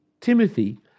Timothy